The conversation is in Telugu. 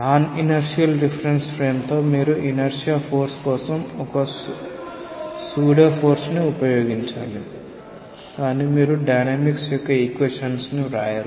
నాన్ ఇనర్షియల్ రిఫరెన్స్ ఫ్రేమ్ తో మీరు ఇనర్షియా ఫోర్స్ కోసం ఒక సూడో ఫోర్స్ ని ఉపయోగించాలి కానీ మీరు డైనమిక్స్ యొక్క ఈక్వేషన్స్ ని వ్రాయరు